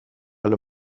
alle